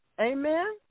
Amen